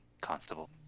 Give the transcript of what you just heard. constable